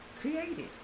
created